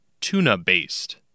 Tuna-based